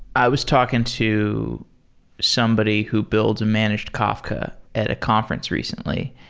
i was talking to somebody who builds a managed kafka at a conference recently,